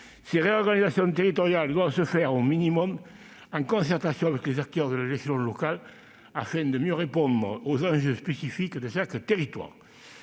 ces réorganisations territoriales doivent se faire au minimum en concertation avec les acteurs de l'échelon local, afin de mieux répondre aux enjeux spécifiques de chaque territoire.